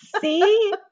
see